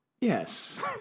Yes